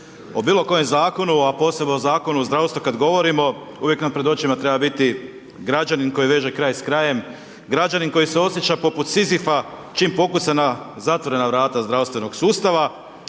O bilo kojem zakonu a posebno o Zakonu o zdravstvu kada govorimo uvijek nam pred očima treba biti građanin koji veže kraj s krajem, građanin koji se osjeća poput Sizifa čim pokuca na zatvorena vrata zdravstvenog sustava.